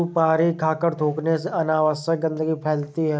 सुपारी खाकर थूखने से अनावश्यक गंदगी फैलती है